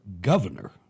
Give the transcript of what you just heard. governor